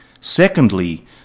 secondly